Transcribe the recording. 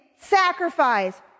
sacrifice